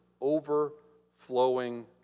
overflowing